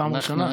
פעם ראשונה.